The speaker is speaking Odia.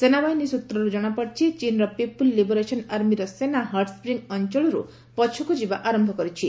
ସେନାବାହିନୀ ସୃତ୍ରରୁ ଜଣାପଡ଼ିଛି ଚୀନ୍ର ପିପୁଲ୍ ଲିବରେସନ୍ ଆର୍ମିର ସେନା ହଟ୍ସ୍ରିଙ୍ଗ୍ ଅଞ୍ଚଳରୁ ପଛକୁ ଯିବା ଆରମ୍ଭ କରିଛି